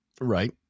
Right